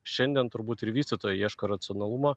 šiandien turbūt ir vystytojai ieško racionalumo